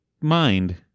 mind